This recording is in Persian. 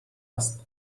است